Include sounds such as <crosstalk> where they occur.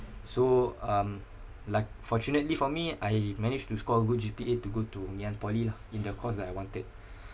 so um like fortunately for me I managed to score good G_P_A to go to ngee ann poly lah in the course that I wanted <breath>